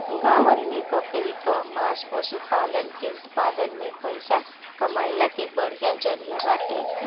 गांवन में बकरी कअ मांस पशुपालन के उत्पादन में पइसा कमइला के बढ़िया जरिया बाटे